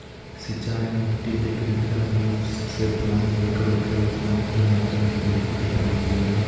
सिंचाई मिट्टी के कृत्रिम रूप से पानी देकर उपलब्ध पानी के मात्रा में वृद्धि के प्रक्रिया हई